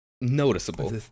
Noticeable